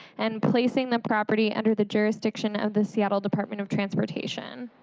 and placing the property under the jurisdiction of the seattle department of transportation.